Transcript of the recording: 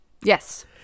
Yes